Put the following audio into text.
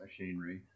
machinery